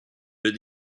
but